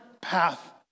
path